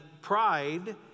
pride